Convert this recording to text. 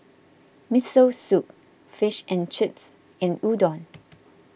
Miso Soup Fish and Chips and Udon